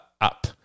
up